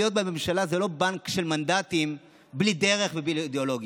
להיות בממשלה זה לא בנק של מנדטים בלי דרך ובלי אידיאולוגיה.